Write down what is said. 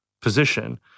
position